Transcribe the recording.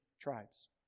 tribes